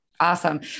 Awesome